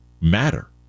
matter